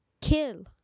Kill